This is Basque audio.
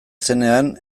zenean